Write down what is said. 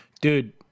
Dude